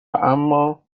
اما